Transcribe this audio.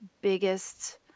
biggest